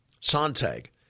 Sontag